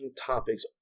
topics